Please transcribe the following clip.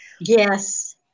Yes